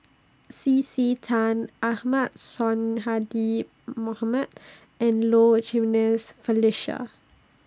C C Tan Ahmad Sonhadji Mohamad and Low Jimenez Felicia